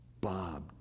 Bob